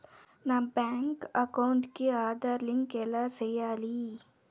నా bank account కి Aadhaar link ఎలా సేయాలి